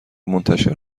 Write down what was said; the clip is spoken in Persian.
منتشر